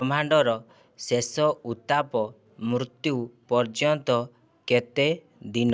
ବ୍ରହ୍ମାଣ୍ଡର ଶେଷ ଉତ୍ତାପ ମୃତ୍ୟୁ ପର୍ଯ୍ୟନ୍ତ କେତେ ଦିନ